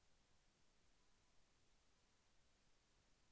అసలు యూ.పీ.ఐ ద్వార వచ్చిన డబ్బులు ఎంత వున్నాయి అని ఎలా తెలుసుకోవాలి?